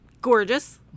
gorgeous